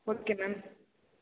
okay ma'am